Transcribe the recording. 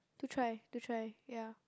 to try to try ya